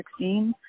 2016 –